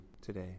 today